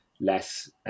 less